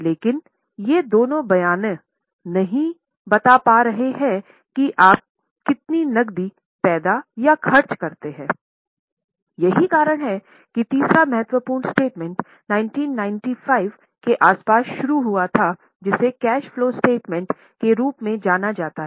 लेकिन ये दोनों बयान नहीं बता पा रहे हैं कि आप कितना नक़दी पैदा या खर्च करते हैं यही कारण है कि तीसरा महत्वपूर्ण स्टेटमेंट 1995 के आसपास शुरू हुआ था जिसे कैश फलो स्टेटमेंट के रूप में जाना जाता है